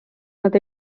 nad